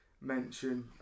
mention